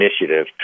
initiative